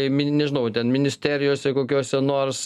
mini nežinau ten ministerijose kokiose nors